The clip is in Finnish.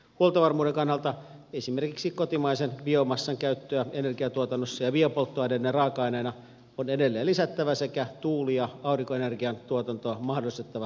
huoltovarmuuden kannalta esimerkiksi kotimaisen biomassan käyttöä energiantuotannossa ja biopolttoaineiden raaka aineena on edelleen lisättävä sekä tuuli ja aurinkoenergian tuotantoa mahdollistettava pitkäjänteisellä energiapolitiikalla